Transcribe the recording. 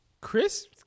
Chris